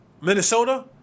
Minnesota